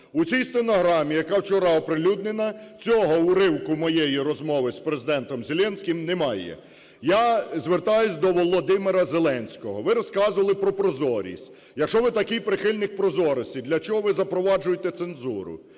У цій стенограмі, яка вчора оприлюднена, цього уривку моєї розмови з Президентом Зеленським немає. Я звертаюсь до Володимира Зеленського. Ви розказували про прозорість. Якщо ви такий прихильник прозорості, для чого ви запроваджуєте цензуру?